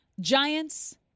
Giants